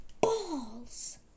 balls